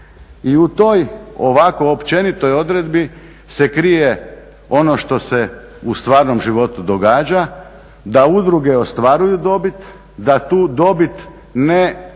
I u toj ovako općenitoj odredbi se krije ono što se u stvarnom životu događa, da udruge ostvaruju dobit, da tu dobit ne